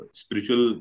spiritual